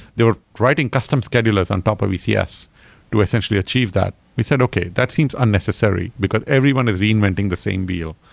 they were writing custom schedulers on top of ecs to essentially achieve that. we said, okay. that seems unnecessary, because everyone is reinventing the same wheel.